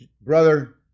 brother